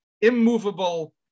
immovable